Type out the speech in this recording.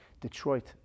Detroit